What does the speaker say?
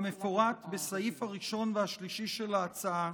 המפורט בסעיף הראשון והשלישי של ההצעה,